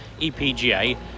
EPGA